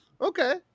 Okay